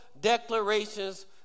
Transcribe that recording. declarations